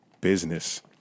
business